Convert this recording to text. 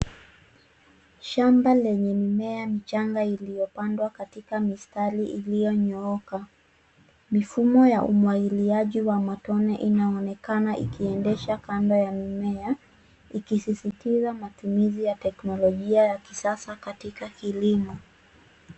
Shamba lenye mimea michanga iliyopandwa katika mistari iliyonyooka. Mifumo wa umwagiliaji wa matone inaonekana ikiendesha kando ya mimea ikisisistiza matumizi ya teknolojia ya kisasa katika kilimo.